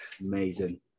Amazing